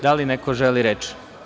Da li neko želi reč?